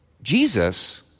Jesus